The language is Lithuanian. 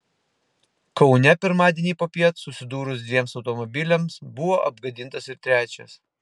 kaune pirmadienį popiet susidūrus dviem automobiliams buvo apgadintas ir trečias